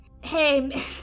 hey